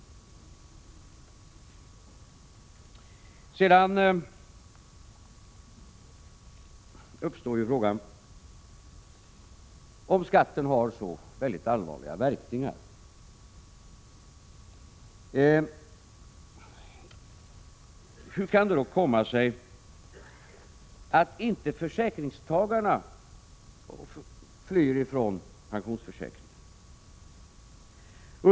Sedan uppstår frågan: Om skatten har så väldigt allvarliga verkningar, hur kan det då komma sig att försäkringstagarna inte flyr från pensionsförsäkringarna?